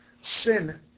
sin